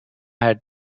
had